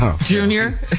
Junior